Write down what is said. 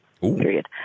Period